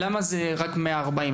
למה זה רק 140,